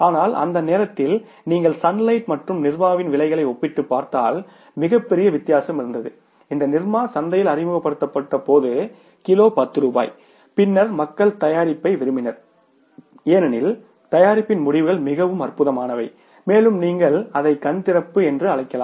ஆனால் அந்த நேரத்தில் நீங்கள் சன்லைட் மற்றும் நிர்மாவின் விலைகளை ஒப்பிட்டுப் பார்த்தால் மிகப்பெரிய வித்தியாசம் இருந்தது இந்த நிர்மா சந்தையில் அறிமுகப்படுத்தப்பட்டபோது கிலோ 10 ரூபாய் பின்னர் மக்கள் தயாரிப்பை விரும்பினர் ஏனெனில் தயாரிப்பின் முடிவுகள் மிகவும் அற்புதமானவை மேலும் நீங்கள் அதை கண் திறப்பு என்று அழைக்கலாம்